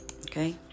okay